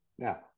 Now